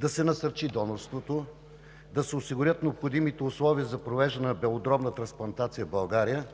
да се насърчи донорството; да се осигурят необходимите условия за провеждане на белодробна трансплантация в България;